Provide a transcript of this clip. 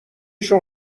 شون